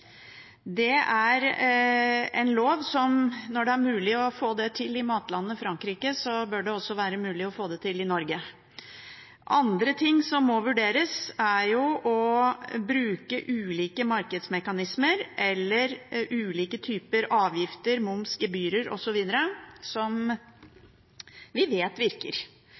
Når det er mulig å få til dette i matlandet Frankrike, bør det også være mulig å få det til i Norge. Andre ting som må vurderes, er å bruke ulike markedsmekanismer eller ulike typer avgifter – moms, gebyrer osv. – som vi vet virker.